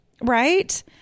Right